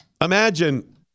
Imagine